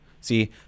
See